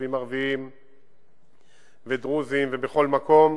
ביישובים ערביים ודרוזיים ובכל מקום,